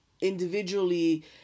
individually